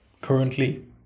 currently